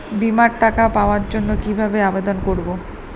বিমার টাকা পাওয়ার জন্য কিভাবে আবেদন করব?